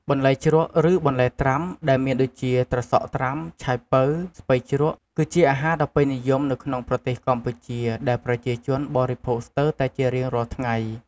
បន្លែជ្រក់ឬបន្លែត្រាំដែលមានដូចជាត្រសក់ត្រាំ ឆៃប៉ូវ ស្ពៃជ្រក់ គឺជាអាហារដ៏ពេញនិយមនៅក្នុងប្រទេសកម្ពុជាដែលប្រជាជនបរិភោគស្ទេីរតែជារៀងរាល់ថ្ងៃ។